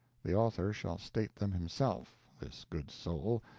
the author shall state them himself this good soul,